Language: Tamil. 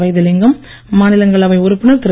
வைத்திலிங்கம் மாநிலங்களவை உறுப்பினர் திரு